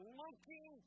looking